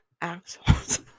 assholes